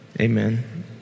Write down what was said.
amen